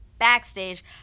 Backstage